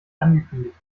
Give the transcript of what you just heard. angekündigt